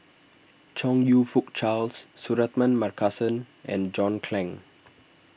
Chong You Fook Charles Suratman Markasan and John Clang